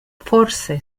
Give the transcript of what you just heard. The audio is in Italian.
forse